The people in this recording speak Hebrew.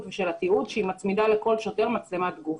ושל התיעוד והיא מצמידה לכל שוטר מצלמת גוף.